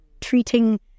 treating